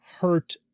hurt